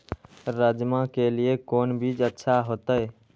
राजमा के लिए कोन बीज अच्छा होते?